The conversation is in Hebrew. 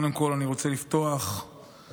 קודם כול אני רוצה לפתוח בתפילה